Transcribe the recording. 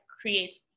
creates